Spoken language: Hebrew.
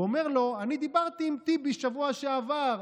הוא אומר לו: אני דיברתי עם טיבי בשבוע שעבר,